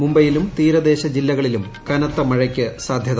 മുംബെയിലും തീരദേശ ജില്ലകളിലും കനത്തമഴക്ക് സാധ്യത